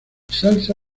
salsa